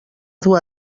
dur